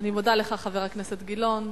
אני מודה לך, חבר הכנסת גילאון.